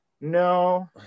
no